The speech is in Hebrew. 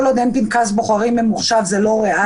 כל עוד אין פנקס בוחרים ממוחשב, זה לא ריאלי.